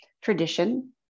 tradition